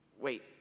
wait